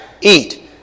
eat